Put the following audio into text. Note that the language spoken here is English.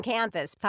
Campus